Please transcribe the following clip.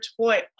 toy